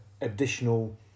additional